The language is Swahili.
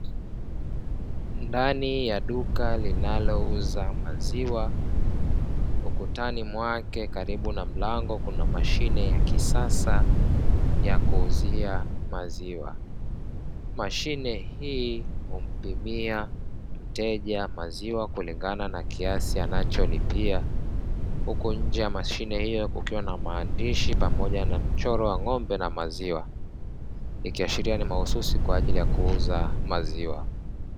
Ndani ya duka linalouza maziwa ukutani mwake karibu na mlango kuna mashine ya kisasa ya kuuzia maziwa. Mashine hii humpimia mteja maziwa kulingana na kiasi anacholipia, huku nje ya mashine hiyo kukiwa na maandishi pamoja na mchoro wa ngombe na maziwa, ikiashiria ni mahususi kwa ajili ya kuuza maziwa.